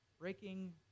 Breaking